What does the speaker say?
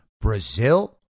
Brazil